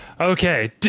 Okay